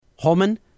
Holman